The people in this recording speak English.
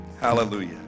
Hallelujah